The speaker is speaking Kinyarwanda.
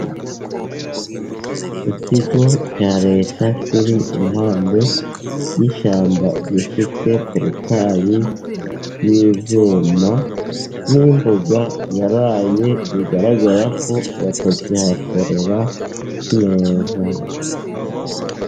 Ikigo cya leta kiri impande y'ishyamba gifite porotayi n'ibyuma, n'imbuga yaraye, bigaragara ko batakihakorera neza.